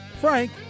Frank